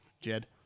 Jed